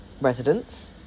residents